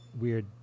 weird